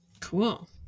cool